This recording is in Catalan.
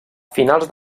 finals